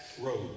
road